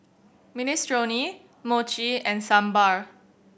Minestrone Mochi and Sambar